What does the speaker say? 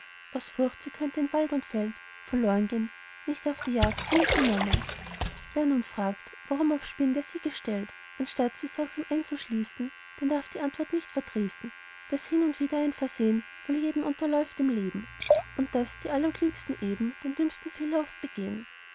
aus furcht sie könn in wald und feld verloren gehn nicht auf die jagd sie mitgenommen wer nun fragt warum aufs spind er sie gestellt anstatt sie sorgsam einzuschließen den darf die antwort nicht verdrießen daß hin und wieder ein versehn wohl jedem unterläuft im leben und daß die allerklügsten eben die dümmsten fehler oft begehn